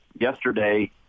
yesterday